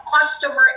customer